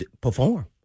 perform